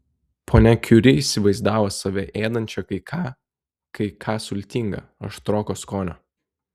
ponia kiuri įsivaizdavo save ėdančią kai ką kai ką sultinga aštroko skonio